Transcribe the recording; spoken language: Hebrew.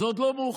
זה עוד לא מאוחר.